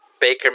Baker